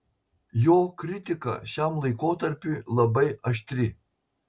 jo kritika šiam laikotarpiui labai aštri